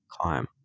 climb